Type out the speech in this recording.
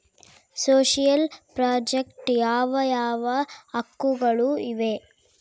Social project ಯಾವ ಯಾವ ಹಕ್ಕುಗಳು ಇವೆ?